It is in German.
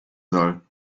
soll